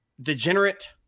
degenerate